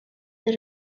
the